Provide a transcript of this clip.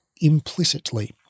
implicitly